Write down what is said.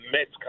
Mets